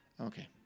Okay